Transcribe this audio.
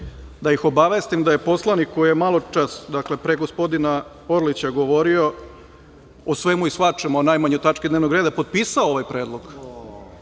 da ih obavestim da je poslanik koji je maločas, dakle pre gospodina Orlića govorio o svemu i svačemu, najmanje o tački dnevnog reda, potpisao ovaj Predlog. Dakle,